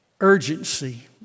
urgency